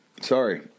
sorry